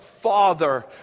father